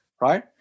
right